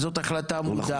וזאת החלטה מודעת.